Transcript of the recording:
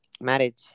marriage